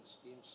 schemes